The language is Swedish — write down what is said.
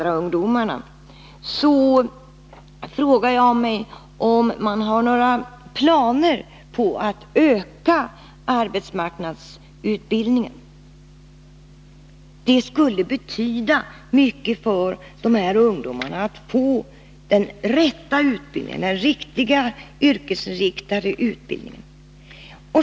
Utan tvivel är dålig utbildning ett hinder för många invandrarungdomar, och det skulle betyda mycket för dessa ungdomar att få rätt utbildning, dvs. en klart yrkesinriktad utbildning.